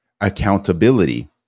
accountability